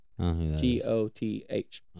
G-O-T-H